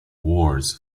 words